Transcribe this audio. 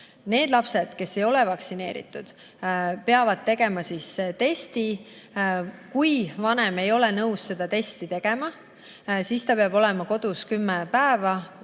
Need lapsed, kes ei ole vaktsineeritud, peavad tegema testi. Kui vanem ei ole nõus seda testi tegema, siis laps peab kontaktsena kümme päeva